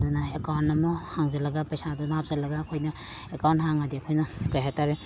ꯑꯗꯨꯅ ꯑꯦꯀꯥꯎꯟ ꯑꯃ ꯍꯥꯡꯖꯜꯂꯒ ꯄꯩꯁꯥꯗꯨꯅ ꯍꯥꯞꯆꯜꯂꯒ ꯑꯩꯈꯣꯏꯅ ꯑꯦꯀꯥꯎꯟ ꯍꯥꯡꯉꯗꯤ ꯑꯩꯈꯣꯏꯅ ꯀꯩ ꯍꯥꯏꯇꯔꯦ